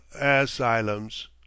asylums